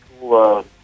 cool